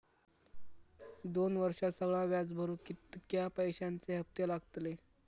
दोन वर्षात सगळा व्याज भरुक कितक्या पैश्यांचे हप्ते लागतले?